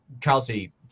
Kelsey